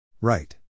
Right